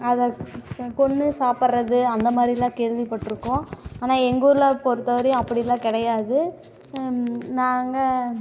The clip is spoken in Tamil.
அதை கொன்று சாப்பிடுறது அந்த மாதிரிலாம் கேள்விபட்டிருக்குக்கோம் ஆனால் எங்கள் ஊரில் பொறுத்த வரையும் அப்படிலாம் கிடையாது நாங்கள்